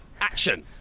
action